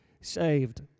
saved